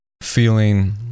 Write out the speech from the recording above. feeling